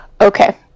Okay